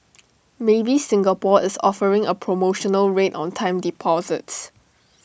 maybank Singapore is offering A promotional rate on time deposits